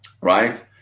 right